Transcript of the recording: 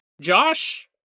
Josh